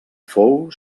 fou